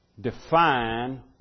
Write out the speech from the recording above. define